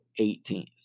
18th